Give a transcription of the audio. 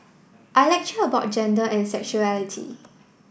I lecture about gender and sexuality